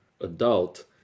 adult